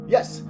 Yes